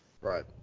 Right